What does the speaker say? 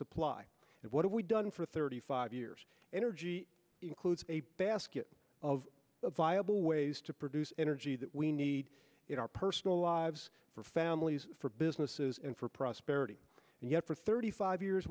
supply and what we've done for thirty five years energy includes a basket of a viable ways to produce energy that we need in our personal lives for families for businesses and for prosperity and yet for thirty five years